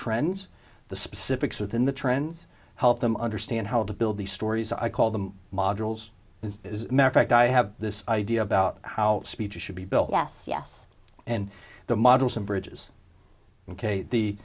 trends the specifics within the trends help them understand how to build these stories i call them modules in fact i have this idea about how speech should be built yes yes and the models and bridges ok the